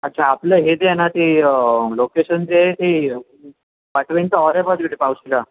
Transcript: अच्छा आपलं हे जे आहे ना ती लोकेशन जे आहे ती वाटवेंचा पहा तिकडे पावशीला